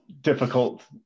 Difficult